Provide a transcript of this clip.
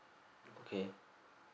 okay